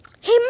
Hey